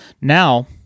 Now